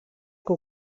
que